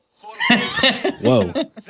Whoa